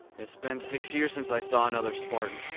it's been six years since i saw another spartan.